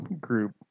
group